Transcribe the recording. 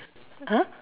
!huh!